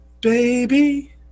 baby